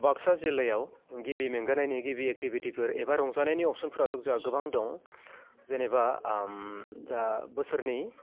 बाक्सा जिल्लायाव गिबि मेंगानायनि गिबि एकटिभिटिफोर एबा रंजानायनि अफसनफोराथ' जाहा गोबां दं जेनेबा जा बोसोरनि